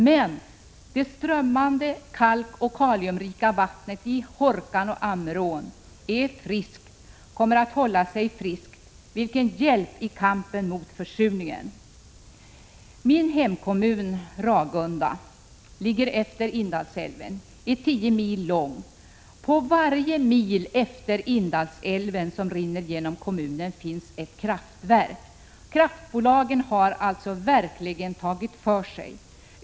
Men det strömmande kalkoch kaliumrika vattnet i Hårkan och Ammerån är friskt och kommer att förbli friskt — och vilken hjälp är inte det i kampen mot försurningen! Min hemkommun, Ragunda kommun, som ligger vid Indalsälven är tio mil lång. På varje mil efter Indalsälven, som alltså rinner genom kommunen, finns det ett kraftverk. Kraftbolagen har således verkligen tagit för sig.